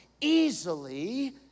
easily